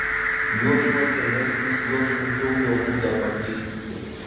juo šuo senesnis juo sunkiau jo būdą pakeisti